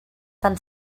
tant